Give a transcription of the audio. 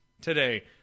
today